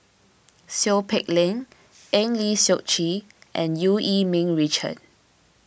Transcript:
Seow Peck Leng Eng Lee Seok Chee and Eu Yee Ming Richard